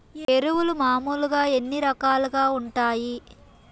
ఎరువులు మామూలుగా ఎన్ని రకాలుగా వుంటాయి?